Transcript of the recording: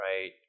right